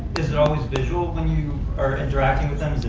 is it always visual when you are interacting with them, is it